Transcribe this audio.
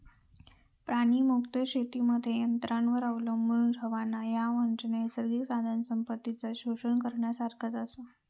प्राणीमुक्त शेतीमध्ये यंत्रांवर अवलंबून रव्हणा, ह्या म्हणजे नैसर्गिक साधनसंपत्तीचा शोषण करण्यासारखाच आसा